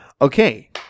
Okay